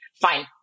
fine